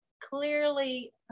clearly